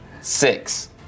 Six